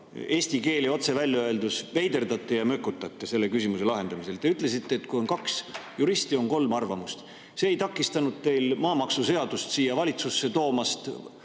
eesti keeles otse välja öeldes veiderdate ja mökutate selle küsimuse lahendamisel. Te ütlesite, et kui on kaks juristi, on kolm arvamust. See ei takistanud teil maamaksuseadust siia [Riigikokku] toomast,